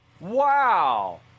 Wow